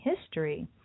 history